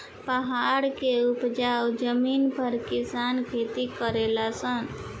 पहाड़ के उपजाऊ जमीन पर किसान खेती करले सन